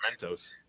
mentos